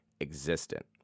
existent